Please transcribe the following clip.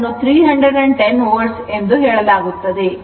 ಆದ್ದರಿಂದ ಇದನ್ನು 310 volt ಎಂದು ಹೇಳಲಾಗುತ್ತದೆ